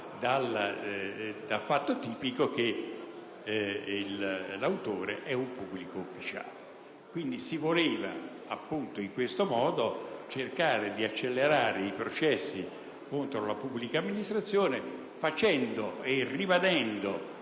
dal fatto tipico che l'autore è un pubblico ufficiale. Si voleva appunto in questo modo cercare di accelerare i processi contro la pubblica amministrazione, ribadendo